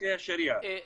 חוקי השריעה,